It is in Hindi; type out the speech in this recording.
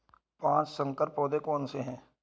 पाँच संकर पौधे कौन से हैं?